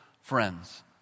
friends